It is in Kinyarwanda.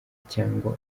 cyangwa